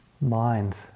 mind